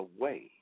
away